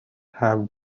have